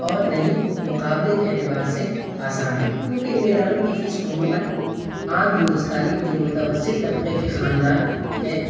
اور نہ ہی مقابلے کے اعتبار سے آسان ہے کیوںکہ ان اداروں کی فیس عموماً عام ہندوستانی جو متوسط طبقے کے خاندان ہیں